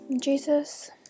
Jesus